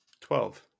Twelve